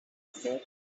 said